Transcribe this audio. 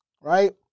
right